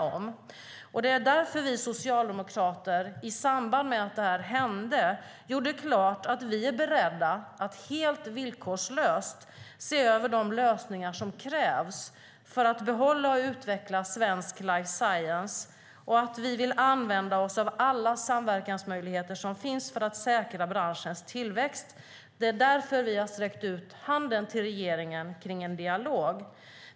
Därför gjorde vi socialdemokrater, i samband med att det här hände, klart att vi är beredda att helt villkorslöst se över de lösningar som krävs för att behålla och utveckla svensk life science och att vi vill använda oss av alla samverkansmöjligheter som finns för att säkra branschens tillväxt. Därför har vi sträckt ut handen till regeringen för en dialog.